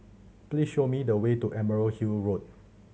please show me the way to Emerald Hill Road